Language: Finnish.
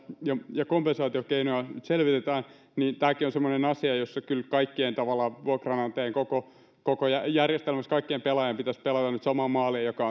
ja selvitämme kompensaatiokeinoja niin tämäkin on semmoinen asia jossa kyllä kaikkien vuokranantajien ja koko järjestelmässä kaikkien pelaajien pitäisi pelata nyt samaan maaliin joka